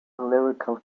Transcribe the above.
lyrical